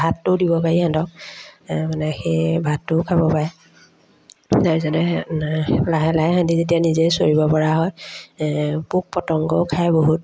ভাতটো দিব পাৰি সিহঁতক মানে সেই ভাতটোও খাব পাৰে তাৰপিছতে লাহে লাহে সিহঁতি যেতিয়া নিজে চৰিবপৰা হয় পোক পতংগও খায় বহুত